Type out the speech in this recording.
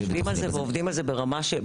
אין רשתות חברתיות, אין יופי.